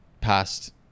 past